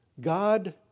God